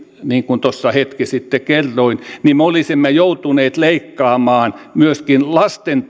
niin kuin tuossa hetki sitten kerroin me olisimme joutuneet leikkaamaan myöskin lasten